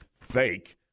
fake